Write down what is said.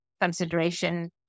consideration